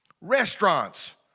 restaurants